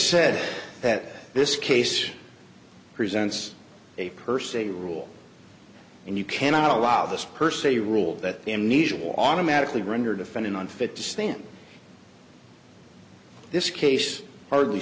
said that this case presents a per se rule and you cannot allow this per se rule that amnesia will automatically render defending unfit to stand this case hardly